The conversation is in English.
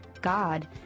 God